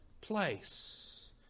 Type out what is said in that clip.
place